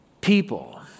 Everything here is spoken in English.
people